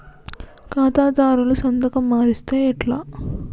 ఖాతాదారుల సంతకం మరిస్తే ఎట్లా?